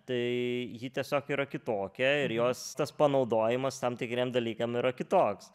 tai ji tiesiog yra kitokia ir jos tas panaudojimas tam tikriem dalykam yra kitoks